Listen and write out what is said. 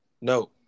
No